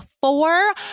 four